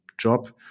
job